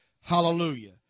Hallelujah